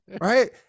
right